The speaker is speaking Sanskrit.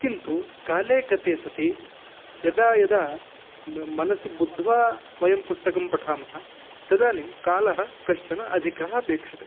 किन्तु काले गते सति यदा यदा म मनसि बुद्ध्वा वयं पुस्तकं पठामः तदानीं कालः कश्चन अधिकः अपेक्ष्यते